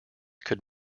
could